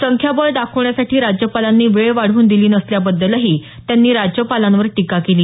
संख्याबळ दाखवण्यासाठी राज्यपालांनी वेळ वाढवून दिली नसल्याबद्दलही त्यांनी राज्यपालांवर टीका केली